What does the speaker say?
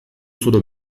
zure